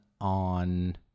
on